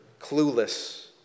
clueless